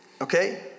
okay